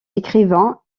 écrivain